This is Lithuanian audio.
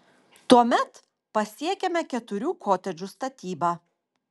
tuomet pasiekiame keturių kotedžų statybą